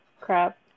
crap